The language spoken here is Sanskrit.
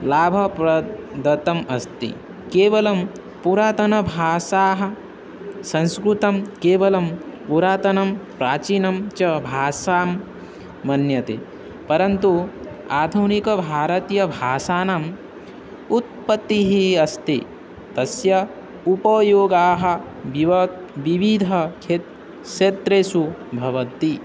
लाभप्रदतम् अस्ति केवलं पुरातनभाषा संस्कृतं केवलं पुरातनं प्राचीनं च भाषा मन्यते परन्तु आधुनिक भारतीयभाषाणाम् उत्पत्तिः अस्ति तस्य उपयोगः बिव विविध खे क्षेत्रेषु भवति